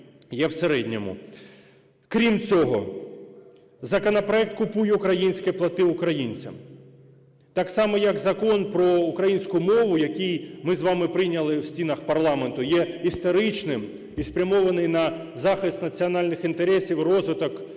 Крім цього, законопроект "Купуй українське, плати українцям", так само, як Закон про українську мову, який ми з вами прийняли в стінах парламенту, є історичним і спрямований на захист національних інтересів, розвиток України.